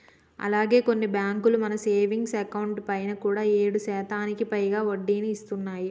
అలాగే కొన్ని బ్యాంకులు మన సేవింగ్స్ అకౌంట్ పైన కూడా ఏడు శాతానికి పైగా వడ్డీని ఇస్తున్నాయి